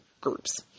groups